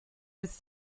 his